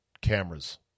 cameras